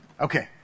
Okay